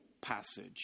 passage